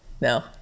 no